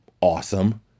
awesome